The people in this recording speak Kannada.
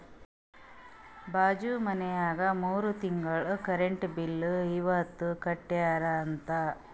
ಬಾಜು ಮನ್ಯಾಗ ಮೂರ ತಿಂಗುಳ್ದು ಕರೆಂಟ್ ಬಿಲ್ ಇವತ್ ಕಟ್ಯಾರ ಅಂತ್